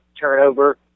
turnover